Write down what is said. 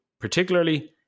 particularly